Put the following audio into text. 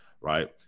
right